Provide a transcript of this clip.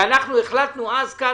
אנחנו החלטנו אז כאן